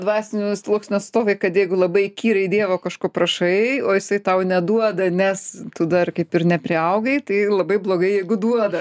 dvasinių sluoksnių atstovai kad jeigu labai įkyriai dievo kažko prašai o jisai tau neduoda nes tu dar kaip ir nepriaugai tai labai blogai jeigu duoda